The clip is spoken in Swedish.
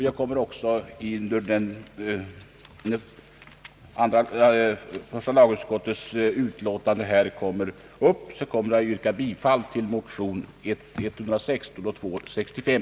När första lagutskottets utlåtande här kommer upp kommer jag att yrka bifall till motionerna I: 16 och IT: 65.